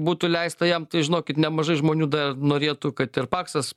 būtų leista jam tai žinokit nemažai žmonių dar norėtų kad ir paksas